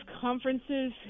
conferences